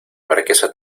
marquesa